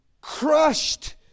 crushed